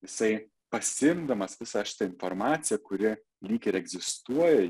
jisai pasiimdamas visą šitą informaciją kuri lyg ir egzistuoja